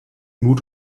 mut